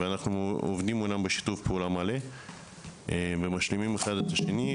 אנחנו עובדים איתם בשיתוף פעולה מלא ומנסים להשלים אלה את אלה,